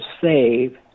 save